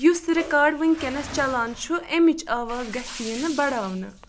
یُس رِکاڈ وٕنۍکٮ۪نَس چلان چھُ اَمِچ آواز گژھِ یِنہٕ بڑاونہٕ